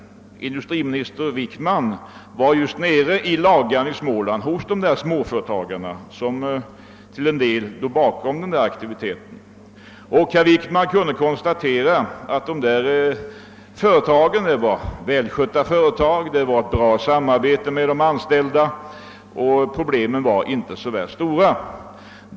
Industriminister Wickman var nere i Lagan i Småland hos de småföretagare som till en del låg bakom den nämnda aktiviteten. Herr Wickman kunde då konstatera att företagen var väl skötta och att ett bra samarbete rådde mellan dem och de anställda. Problemen var inte så stora där nere.